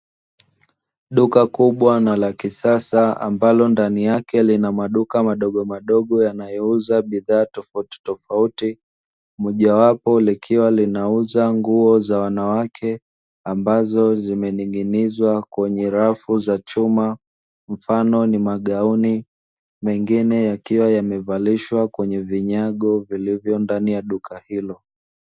Duka kubwa na la kisasa ambalo ndani yake lina maduka madogo madogo yanayouza bidhaa tofautitofauti, mojawapo likiwa linauza nguo za wanawake ambazo zimening'inizwa kwenye rafu za chuma mfano ni magauni, mengine yakiwa yamevalishwa kwenye vinyago vilivyo ndani ya duka hilo.